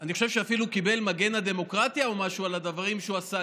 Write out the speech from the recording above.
אני חושב שאפילו קיבל מגן הדמוקרטיה או משהו על הדברים שהוא עשה.